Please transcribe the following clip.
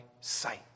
sight